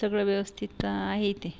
सगळं व्यवस्थित आहे इते